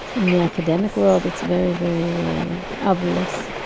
in the academic world, it's very very obvious.